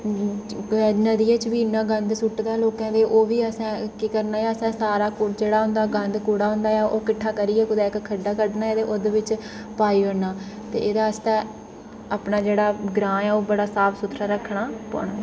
नदियेंं च बी इ'न्ना गंद सु'ट्टे दा ऐ लोकें ते ओह् बी अ'सें केह् करना ऐ अ'सें सारा कुड़ा जेह्ड़ा गंद कूड़ा होंदा ऐ ओह् किट्ठा करियै कु'तै इक खड्डा कड्ढना ऐ ते ओह्दे बिच पाई ओड़ना ते एह्दे आस्तै अपना जेह्ड़ा ग्रांऽ ऐ ओह् बड़ा साफ सुथरा रक्खना पौना